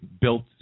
built